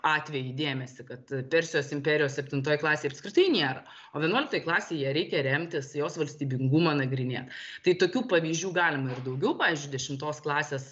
atvejį dėmesį kad persijos imperijos septintoj klasėj apskritai nebūna o vienuoliktoj klasėj ja reikia remtis jos valstybingumą nagrinėt tai tokių pavyzdžių galima ir daugiau pavyzdžiui dešimtos klasės